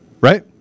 right